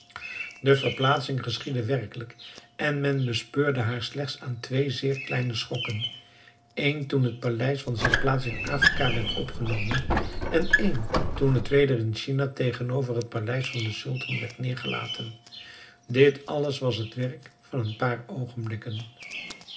de verplaatsing geschiedde werkelijk en men bespeurde haar slechts aan twee zeer kleine schokken één toen het paleis van zijn plaats in afrika werd opgenomen en een toen het weder in china tegenover het paleis van den sultan werd neergelaten dit alles was het werk van een paar